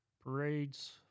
parades